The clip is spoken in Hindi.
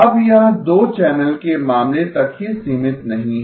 अब यह दो चैनल के मामले तक ही सीमित नहीं है